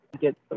get